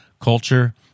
culture